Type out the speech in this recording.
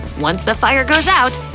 once the fire goes out,